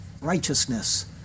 righteousness